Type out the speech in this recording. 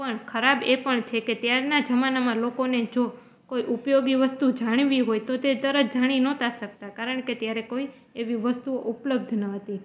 પણ ખરાબ એ પણ છે કે ત્યારના જમાનામાં લોકોને જો કોઈ ઉપયોગી વસ્તુ જાણવી હોય તો તે તરત જાણી નોતા શકતા કારણ કે ત્યારે કોઈ એવી વસ્તુઓ ઉપલબ્ધ ન હતી